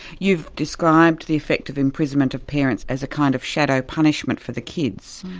you've described the effect of imprisonment of parents as a kind of shadow punishment for the kids,